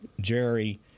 Jerry